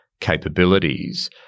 capabilities